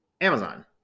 Amazon